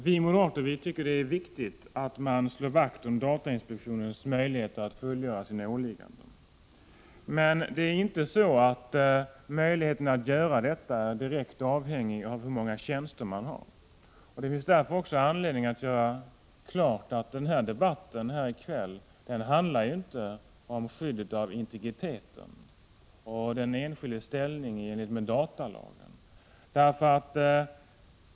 Herr talman! Vi moderater tycker att det är viktigt att slå vakt om 19 mars 1986 datainspektionens möjligheter att fullgöra sina åligganden. Men det är inte så att dessa möjligheter är direkt avhängiga av hur många tjänster inspektionen har. Det finns därför också anledning att göra klart att debatten här i kväll inte handlar om skyddet av integriteten och den enskildes ställning i enlighet med datalagen.